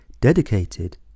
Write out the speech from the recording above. Dedicated